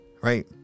right